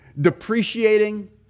Depreciating